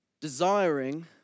Desiring